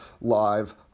Live